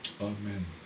Amen